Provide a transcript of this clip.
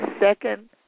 second